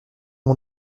mon